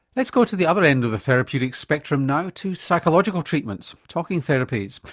let's go to the other end of the therapeutic spectrum now, to psychological treatments, talking therapies,